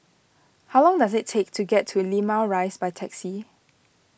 how long does it take to get to Limau Rise by taxi